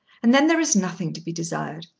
and then there is nothing to be desired.